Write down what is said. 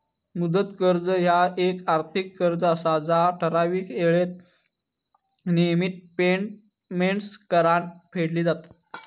मुदत कर्ज ह्या येक आर्थिक कर्ज असा जा ठराविक येळेत नियमित पेमेंट्स करान फेडली जातत